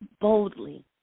boldly